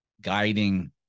guiding